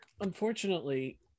unfortunately